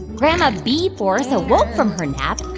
grandma bee-force ah woke from her nap